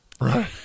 Right